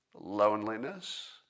loneliness